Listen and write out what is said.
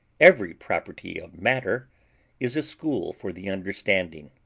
every property of matter is a school for the understanding,